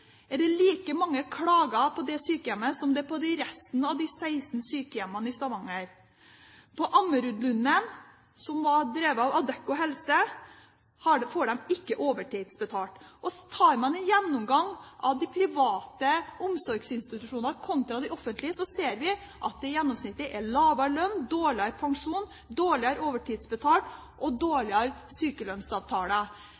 Stavanger. På Ammerudlunden, som var drevet av Adecco Helse, får de ikke overtidsbetalt. Tar man en gjennomgang av de private omsorgsinstitusjonene kontra de offentlige, ser vi at det gjennomsnittlig er lavere lønn, dårligere pensjon, dårligere overtidsbetalt og